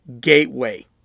gateway